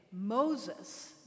Moses